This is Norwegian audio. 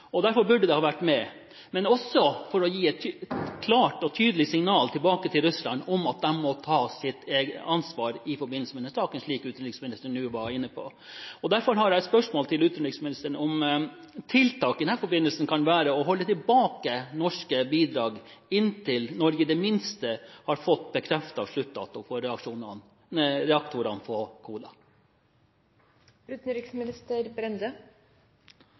Derfor burde det ha vært med – også for å gi et klart og tydelig signal tilbake til Russland om at de må ta sitt ansvar i forbindelse med denne saken, som utenriksministeren nå var inne på. Derfor har jeg et spørsmål til utenriksministeren om hvorvidt tiltakene i denne forbindelse kan være å holde tilbake norske bidrag – inntil Norge i det minste har fått bekreftet sluttdato for reaktorene på